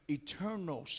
eternal